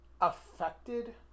affected